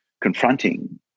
confronting